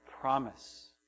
promise